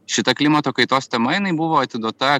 šita klimato kaitos tema jinai buvo atiduota